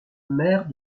maires